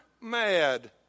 mad